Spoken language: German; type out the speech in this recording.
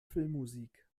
filmmusik